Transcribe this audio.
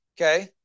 okay